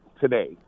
today